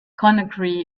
conakry